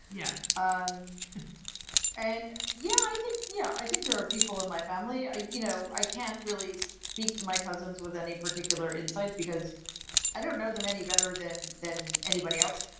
yeah. um and yeah, i think yeah, i think there are people in my family i you know, i can't really speak to my cousins with any particular insight because i don't know them any better than than anybody else.